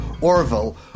Orville